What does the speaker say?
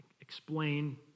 explain